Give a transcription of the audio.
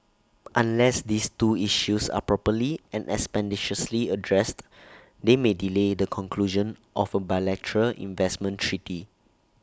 unless these two issues are properly and expeditiously addressed they may delay the conclusion of A bilateral investment treaty